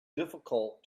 difficult